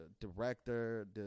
director